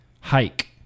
hike